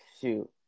shoot